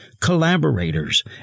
collaborators